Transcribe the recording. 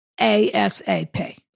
A-S-A-P